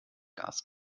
gas